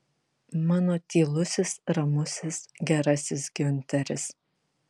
mano tylusis ramusis gerasis giunteris